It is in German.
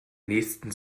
nächsten